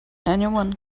anyone